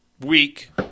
week